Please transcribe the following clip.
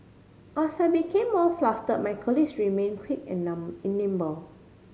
as I became more fluster my colleagues remain quick and nimble